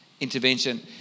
intervention